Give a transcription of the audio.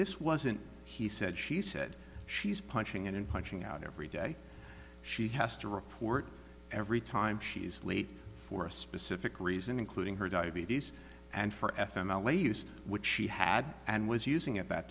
this wasn't he said she said she's punching in and punching out every day she has to report every time she's late for a specific reason including her diabetes and for f m las which she had and was using at that